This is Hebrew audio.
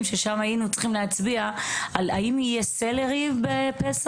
ששם היינו צריכים להצביע על האם יהיה סלרי בפסח,